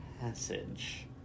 Passage